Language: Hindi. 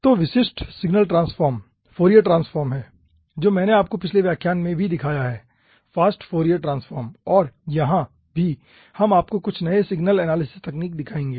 तो विशिष्ट सिग्नल ट्रांसफॉर्म फोरियर ट्रांसफॉर्म हैं जो मैंने आपको पिछले व्याख्यान में भी दिखाया है फास्ट फोरियर ट्रांसफॉर्म और यहां भी हम आपको कुछ नई सिग्नल एनालिसिस तकनीक दिखाएंगे